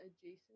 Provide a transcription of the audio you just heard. adjacent